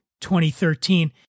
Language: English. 2013